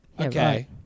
Okay